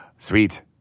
Sweet